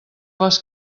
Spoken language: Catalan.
les